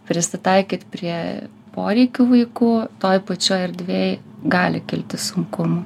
prisitaikyt prie poreikių vaikų toj pačioj erdvėj gali kilti sunkumų